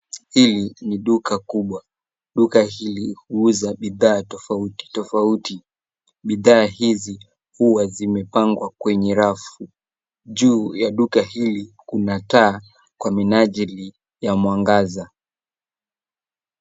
Hii ni duka kubwa. Duka hili huuza bidhaa tofauti tofauti. Bidhaa hizi huwa zimepangwa kwenye rafu. Juu ya duka hili kina taa kwa minajili ya mwangaza.